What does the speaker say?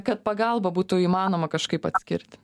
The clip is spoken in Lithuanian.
kad pagalbą būtų įmanoma kažkaip atskirti